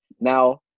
Now